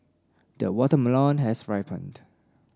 the watermelon has ripened